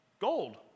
Gold